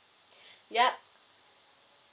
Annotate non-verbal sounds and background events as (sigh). (breath) yup